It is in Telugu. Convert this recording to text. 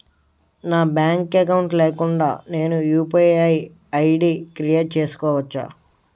నాకు బ్యాంక్ అకౌంట్ లేకుండా నేను యు.పి.ఐ ఐ.డి క్రియేట్ చేసుకోవచ్చా?